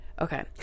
Okay